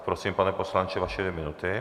Prosím, pane poslanče, vaše dvě minuty.